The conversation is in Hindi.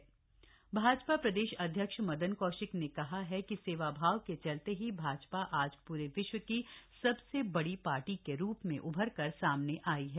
स्थापना दिवस प्रदेश भाजपा प्रदेश अध्यक्ष मदन कौशिक ने कहा है सेवा भाव के चलते ही भाजपा आज पूरे विश्व की सबसे बड़ी पार्टी के रूप में उभर कर सामने आयी है